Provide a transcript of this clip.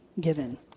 given